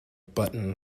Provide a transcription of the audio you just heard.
button